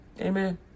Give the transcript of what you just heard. amen